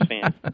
fan